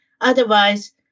Otherwise